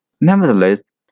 Nevertheless